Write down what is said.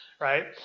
right